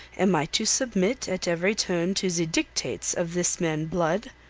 am i to submit at every turn to the dictates of this man blood?